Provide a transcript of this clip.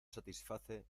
satisface